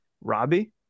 Robbie